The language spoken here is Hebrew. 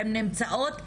הן נמצאות,